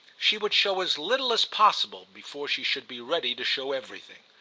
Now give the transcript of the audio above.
she would show as little as possible before she should be ready to show everything.